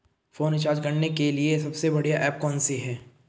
Phone recharge करने के लिए सबसे बढ़िया ऐप कौन सी है?